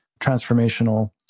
transformational